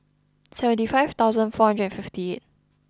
seventy five thousand four hundred and fifty eight